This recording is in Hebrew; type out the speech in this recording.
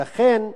ולכן,